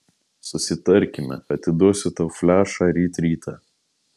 susitarkime atiduosiu tau flešą ryt rytą